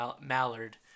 mallard